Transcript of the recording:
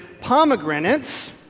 pomegranates